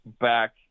back